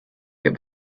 get